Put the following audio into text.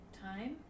time